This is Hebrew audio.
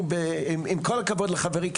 עם כל הכבוד לחברי,